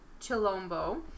Chilombo